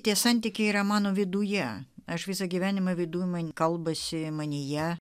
tie santykiai yra mano viduje aš visą gyvenimą viduj man kalbasi manyje